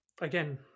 again